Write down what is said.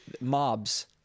mobs